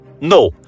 No